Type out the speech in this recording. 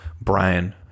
Brian